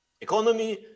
economy